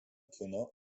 kino